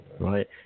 right